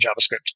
JavaScript